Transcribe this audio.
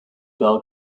bell